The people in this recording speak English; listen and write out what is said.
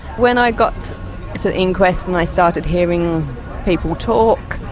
when i got to the inquest and i started hearing people talk,